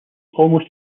almost